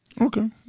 Okay